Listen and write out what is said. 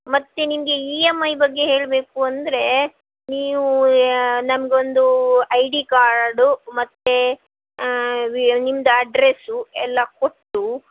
ಮತ್ತೆ ನಿಮಗೆ E M I ಬಗ್ಗೆ ಹೇಳಬೇಕು ಅಂದರೆ ನೀವು ನಮ್ಗೊಂದು ಐ ಡಿ ಕಾರ್ಡು ಮತ್ತೆ ವಿ ನಿಮ್ದು ಅಡ್ರಸ್ಸು ಎಲ್ಲ ಕೊಟ್ಟು